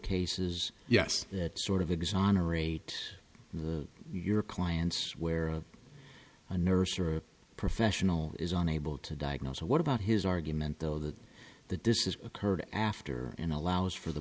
cases yes that sort of exonerate the your clients where a nurse or a professional is unable to diagnose what about his argument though that the distance occurred after and allows for the